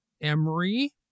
Emery